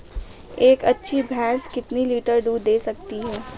एक अच्छी भैंस कितनी लीटर दूध दे सकती है?